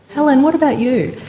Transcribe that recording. helen, what about you?